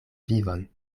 vivon